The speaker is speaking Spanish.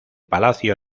palacio